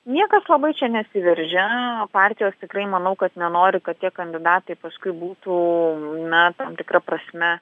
niekas labai čia nesiveržia partijos tikrai manau kad nenori kad tie kandidatai paskui būtų na tam tikra prasme